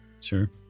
sure